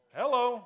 hello